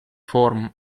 form